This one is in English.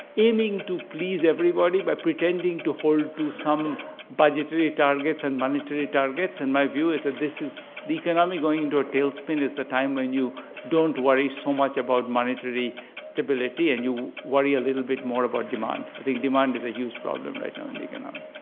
aiming to please everybody by pretending to hold to some budgetary targets and monetary targets. and my view is that this is the economy going into a tailspin is the time when you don't worry so much about monetary stability. and you worry a little bit more about demand. i think demand is a huge problem right now in the economy.